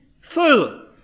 Full